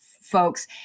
folks